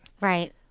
Right